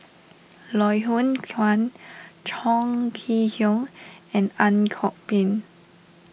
Loh Hoong Kwan Chong Kee Hiong and Ang Kok Peng